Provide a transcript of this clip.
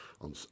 on